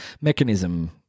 mechanism